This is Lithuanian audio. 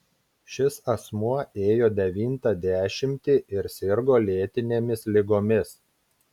šis asmuo ėjo devintą dešimtį ir sirgo lėtinėmis ligomis